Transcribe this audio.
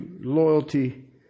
loyalty